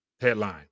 headline